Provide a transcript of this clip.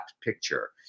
picture